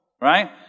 Right